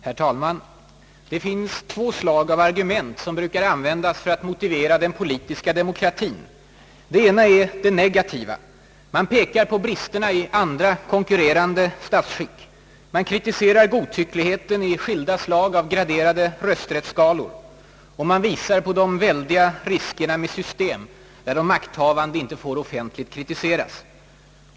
Herr talman! Det finns två slag av argument som brukar användas för att motivera den politiska demokratien. Den ena är det »negativa». Man pekar på bristerna i andra, konkurrerande statsskick. Man kritiserar godtyckligheten i skilda slag av graderade rösträttsskalor. Och man visar på de väldiga riskerna med system där de makthavande inte får offentligen kritiseras.